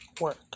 work